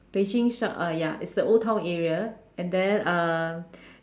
Beijing sh~ uh ya it's the old town area and then um